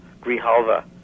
Grijalva